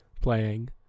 playing